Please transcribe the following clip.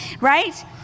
right